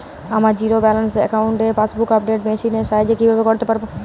আমার zero balance অ্যাকাউন্টে passbook update machine এর সাহায্যে কীভাবে করতে পারব?